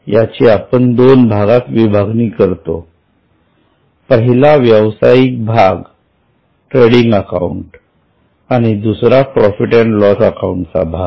याची आपण दोन भागात विभागणी करतो पहिला व्यवसायिक भाग आणि दुसरा प्रॉफिट अँड लॉस अकाउंटचा भाग